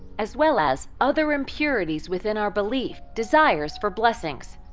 as well as other impurities within our belief, desires for blessings.